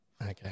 okay